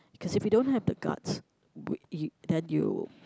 cause if you don't have the guts we you then you